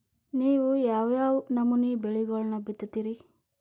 ನೇವು ಯಾವ್ ಯಾವ್ ನಮೂನಿ ಬೆಳಿಗೊಳನ್ನ ಬಿತ್ತತಿರಿ?